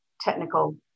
technical